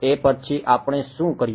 એ પછી આપણે શું કર્યું